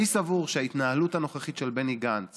אני סבור שההתנהלות הנוכחית של בני גנץ